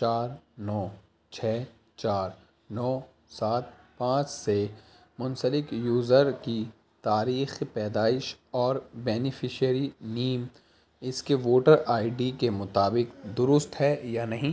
چار نو چھ چار نو سات پانچ سے منسلک یوزر کی تاریخ پیدائش اور بینیفشیری نیم اس کے ووٹر آئی ڈی کے مطابق درست ہے یا نہیں